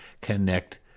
Connect